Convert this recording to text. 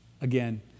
Again